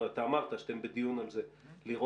אתה אמרת שאתם בדיון על זה לראות,